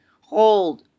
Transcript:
Hold